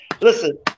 listen